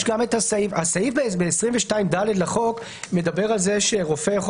הסעיף ב-22ד לחוק מדבר על זה שרופא יכול